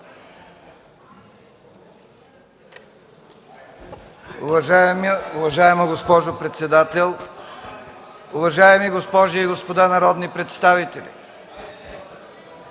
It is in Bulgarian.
Уважаеми господин председател, госпожи и господа народни представители,